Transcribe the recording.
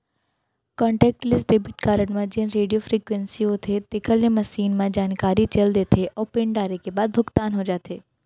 contactless debit card म जेन radio frequency होथे तेकर ले मसीन म जानकारी चल देथे अउ पिन डारे के बाद भुगतान हो जाथे